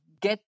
get